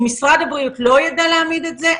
אם משרד הבריאות לא יודע להעמיד את זה,